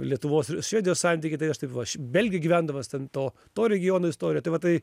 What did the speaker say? lietuvos ir švedijos santykiai tai aš taip va belgijoj gyvendamas ten to to regiono istoriją tai va tai